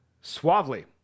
suavely